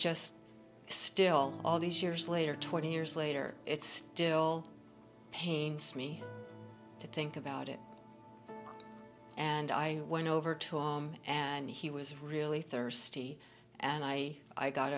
just still all these years later twenty years later it's still pains me to think about it and i went over to him and he was really thirsty and i i got